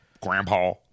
grandpa